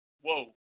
Whoa